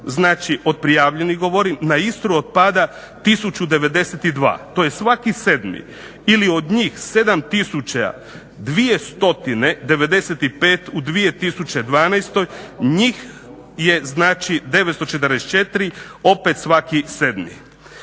znači od prijavljenih govorim na Istru otpada 1092. To je svaki sedmi ili od njih 7000 295 u 2012. njih je znači 944, opet svaki sedmi.